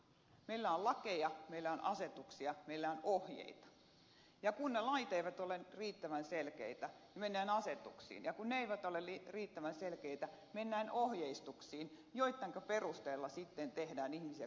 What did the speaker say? meillä on lakeja meillä on asetuksia meillä on ohjeita ja kun ne lait eivät ole riittävän selkeitä niin mennään asetuksiin ja kun ne eivät ole riittävän selkeitä mennään ohjeistuksiin joittenka perusteella sitten tehdään ihmisiä koskevia päätöksiä